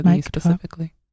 specifically